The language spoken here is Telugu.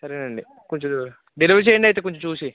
సరే అండి కొంచెం డెలివరీ చేయండి అయితే కొంచెం చూసి